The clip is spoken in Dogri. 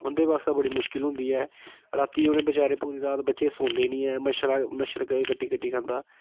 उं'दे वास्तै बड़ी मुश्किल होंदी ऐ रातीं उ'नें बेचारे पूरी रात बच्चे सौंदे नी ऐ मच्छर मच्छर कट्टी कट्टी खंदा